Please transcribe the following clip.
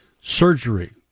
surgery